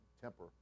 temper